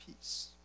peace